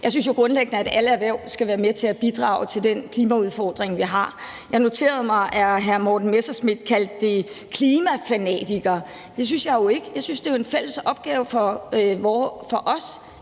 Jeg synes jo grundlæggende, at alle erhverv skal være med til at bidrage til at løse den klimaudfordring, vi har. Jeg noterede mig, at hr. Morten Messerschmidt kaldte det klimafanatisme. Det synes jeg jo ikke det er. Jeg synes, det er en fælles opgave for os,